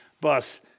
bus